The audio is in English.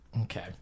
Okay